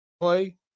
play